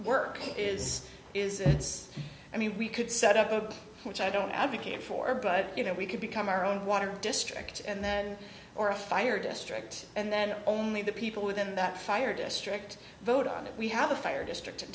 work is is it's i mean we could set up a which i don't advocate for but you know we could become our own water district and then or a fire district and then only the people within that fire district voted on it we have the fire district in